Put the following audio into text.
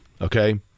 Okay